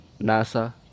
NASA